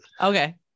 Okay